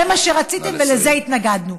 זה מה שרציתם ולזה התנגדנו.